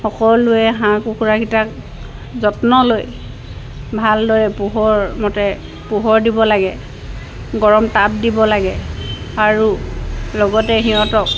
সকলোৱে হাঁহ কুকুৰাকেইটাক যত্ন লৈ ভালদৰে পোহৰ মতে পোহৰ দিব লাগে গৰম তাপ দিব লাগে আৰু লগতে সিহঁতক